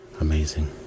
amazing